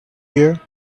here